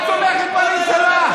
את תומכת בממשלה,